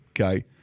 Okay